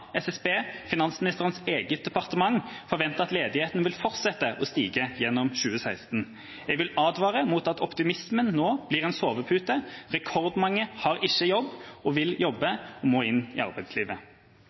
SSB og finansministerens eget departement forventer at ledigheten vil fortsette å stige gjennom 2016. Jeg vil advare mot at optimismen nå blir en sovepute – rekordmange har ikke jobb, og vil